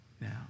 now